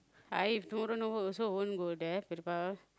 I tomorrow no work also won't go there